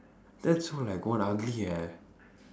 that's so like god ugly eh